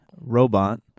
Robot